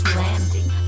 landing